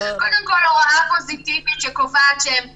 קודם כול הוראה פוזיטיבית שקובעת שהם פונים.